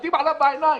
עובדים עליו בעיניים.